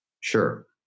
sure